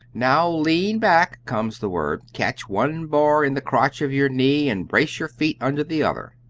now lean back, comes the word catch one bar in the crotch of your knees and brace your feet under the other.